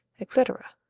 etc.